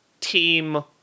team